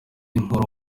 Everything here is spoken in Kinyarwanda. nkuru